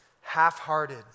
half-hearted